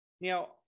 Now